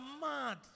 mad